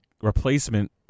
replacement –